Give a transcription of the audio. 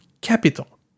capital